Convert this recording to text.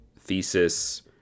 thesis